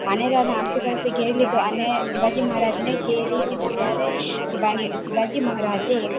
પાનેરાને આખી તરફથી ઘેરી લીધું અને શિવાજી મહારાજને ઘેરી લીધા ત્યારે શિવાજી મહારાજે